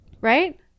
right